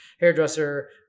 hairdresser